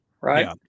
right